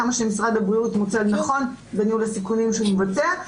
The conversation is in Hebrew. כמה שמשרד הבריאות מוצא לנכון בניהול הסיכונים שהוא מבצע,